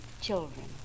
children